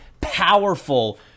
powerful